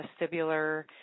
vestibular